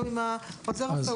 אבל לא תהיה לנו החריגה מהפעולות,